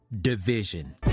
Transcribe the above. division